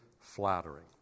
flattering